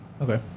Okay